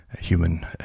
human